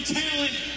talent